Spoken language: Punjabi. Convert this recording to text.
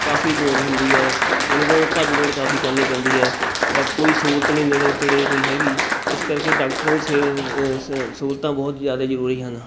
ਕਾਫ਼ੀ ਲੋੜ ਹੁੰਦੀ ਹੈ ਜਾਣੀ ਕਿ ਭੱਜ ਦੋੜ ਕਾਫ਼ੀ ਕਰਨੀ ਪੈਂਦੀ ਹੈ ਡਾ ਕੋਈ ਸਹੂਲਤ ਨਹੀਂ ਨੇੜੇ ਤੇੜੇ ਕੋਈ ਹੈਗੀ ਇਸ ਕਰਕੇ ਡਾਕਟਰਾਂ ਦੀ ਸਹੂਲਤਾਂ ਬਹੁਤ ਜ਼ਿਆਦਾ ਜਰੂਰੀ ਹਨ